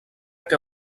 que